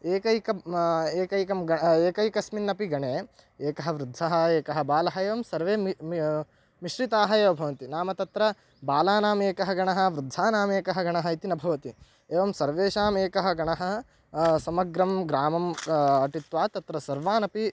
एकैकब् एकैकं गणं एकैकस्मिन्नपि गणे एकः वृद्धः एकः बालः एवं सर्वे मि मिश्रिताः एव भवन्ति नाम तत्र बालानाम् एकः गणः वृद्धानाम् एकः गणः इति न भवति एवं सर्वेषाम् एकः गणः समग्रं ग्रामम् अटित्वा तत्र सर्वानपि